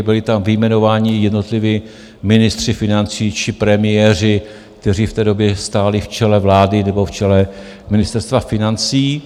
Byli tam vyjmenováni jednotliví ministři financí či premiéři, kteří v té době stáli v čele vlády nebo v čele Ministerstva financí.